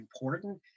important